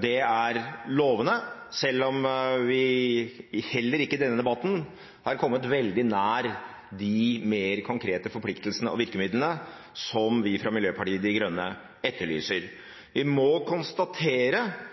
Det er lovende, selv om vi heller ikke i denne debatten har kommet veldig nær de mer konkrete forpliktelsene og virkemidlene som vi fra Miljøpartiet De Grønne etterlyser. Vi må konstatere